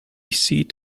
seat